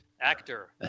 actor